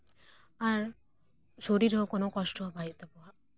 ᱟᱨ ᱥᱚᱨᱤᱨ ᱦᱚᱸ ᱠᱳᱱᱳ ᱠᱚᱥᱴᱚ ᱵᱟᱝ ᱦᱩᱭᱩᱜ ᱛᱟᱵᱳᱱᱟ